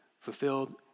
fulfilled